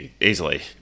easily